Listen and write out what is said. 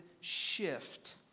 shift